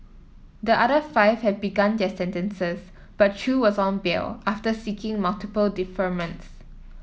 the other five have begun their sentences but Chew was on bail after seeking multiple deferments